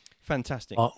Fantastic